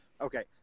Okay